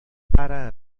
para